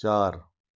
चार